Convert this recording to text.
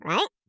Right